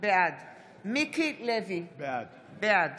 בעד מיקי לוי, בעד